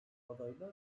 adaylar